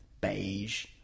beige